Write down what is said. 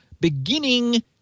beginning